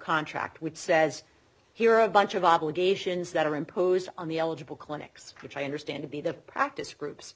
contract which says here are a bunch of obligations that are imposed on the eligible clinics which i understand to be the practice groups